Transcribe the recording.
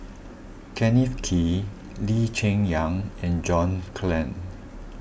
Kenneth Kee Lee Cheng Yan and John Clang